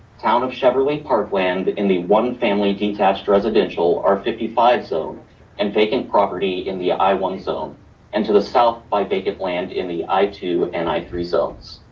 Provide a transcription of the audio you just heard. town of cheverly parkland in the one family detached residential r fifty five zone. so and vacant property in the i one zone and to the south by vacant land in the i two and i three zones.